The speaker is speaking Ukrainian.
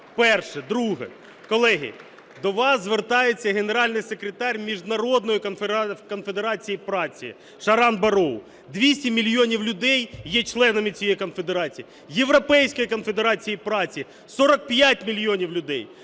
Перше. Друге. Колеги, до вас звертається Генеральний секретар Міжнародної конфедерації праці Шаран Барроу. 200 мільйонів людей є членами цієї конфедерації, Європейської конфедерації праці – 45 мільйонів людей.